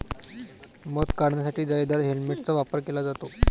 मध काढण्यासाठी जाळीदार हेल्मेटचा वापर केला जातो